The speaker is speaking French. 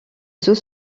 sous